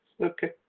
Okay